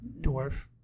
dwarf